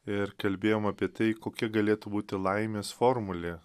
ir kalbėjom apie tai kokia galėtų būti laimės formulė